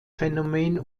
phänomen